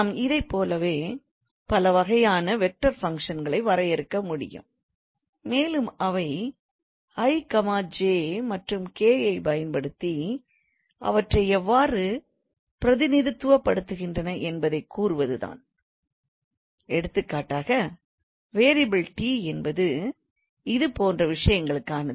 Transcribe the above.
நாம் இதைப் போல பல வகையான வெக்டார் பங்க்ஷன்களை வரையறுக்க முடியும் மேலும் அவை i j மற்றும் k ஐப் பயன்படுத்தி அவற்றை எவ்வாறு பிரதிநிதித்துவப்படுத்துகின்றன என்பதைக் கூறுவது தான் எடுத்துக்காட்டாக வேரியபிள் t என்பது இது போன்ற விஷயங்களுக்கானது